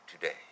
today